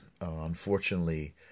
unfortunately